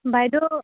বাইদেউ